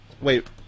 Wait